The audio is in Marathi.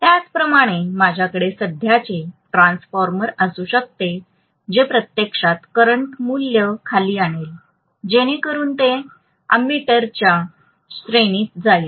त्याचप्रमाणे माझ्याकडे सध्याचे ट्रान्सफॉर्मर असू शकते जे प्रत्यक्षात करंट मूल्य खाली आणेल जेणेकरून ते अम्मिटर च्या श्रेणीत जाईल